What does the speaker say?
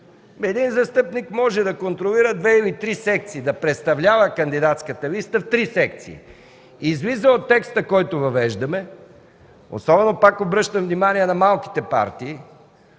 Един застъпник може да контролира две или три секции, да представлява кандидатската листа в три секции. От текста, който въвеждаме, излиза, пак обръщам внимание на малките партии,